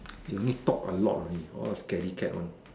they only talk a lot only all scary cat one